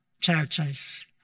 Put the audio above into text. churches